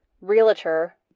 realtor